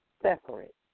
separate